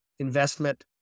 Investment